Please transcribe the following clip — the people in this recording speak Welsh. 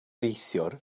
neithiwr